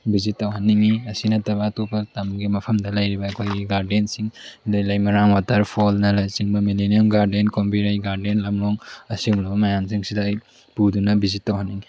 visit ꯇꯧꯍꯟꯅꯤꯡꯉꯤ ꯑꯁꯤ ꯅꯠꯇꯕ ꯑꯇꯣꯞꯄ ꯇꯝꯒꯤ ꯃꯐꯝꯗ ꯂꯩꯔꯤꯕ ꯑꯩꯈꯣꯏꯒꯤ ꯒꯥꯔꯗꯦꯟꯁꯤꯡ ꯑꯗꯒꯤ ꯂꯩꯃꯔꯥꯝ ꯋꯥꯇꯔ ꯐꯣꯜꯅꯆꯤꯡꯕ ꯃꯤꯂꯤꯅꯤꯌꯝ ꯒꯥꯔꯗꯦꯟ ꯀꯣꯝꯕꯤꯔꯩ ꯒꯥꯔꯗꯦꯟ ꯂꯝꯂꯣꯡ ꯑꯁꯤꯒꯨꯝꯂꯕ ꯃꯌꯥꯝꯁꯤꯡꯁꯤꯗ ꯑꯩ ꯄꯨꯗꯨꯅ ꯚꯤꯖꯤꯠ ꯇꯧꯍꯟꯅꯤꯡꯉꯤ